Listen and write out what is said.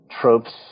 tropes